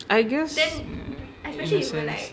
I guess in a sense